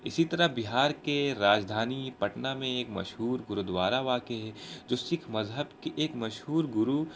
اسی طرح بہار کے راجدھانی پٹنہ میں ایک مشہور گرودوارا واقع ہے جو سکھ مذہب کے ایک مشہور گرو